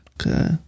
okay